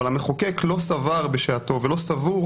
אבל המחוקק לא סבר בשעתו ולא סבור